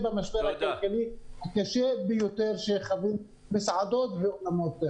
במשבר הכלכלי הקשה ביותר שחווינו --- תודה.